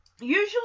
Usually